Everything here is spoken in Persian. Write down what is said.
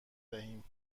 دهیم